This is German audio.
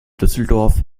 düsseldorf